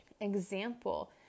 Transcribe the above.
example